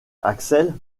axel